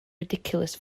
ridiculous